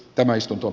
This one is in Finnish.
tämä äänestänyt